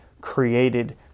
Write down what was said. created